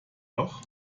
loch